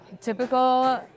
Typical